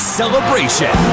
celebration